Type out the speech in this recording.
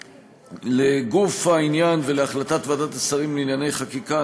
לגוף העניין ולהחלטת ועדת השרים לענייני חקיקה,